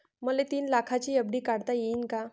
मले तीन लाखाची एफ.डी काढता येईन का?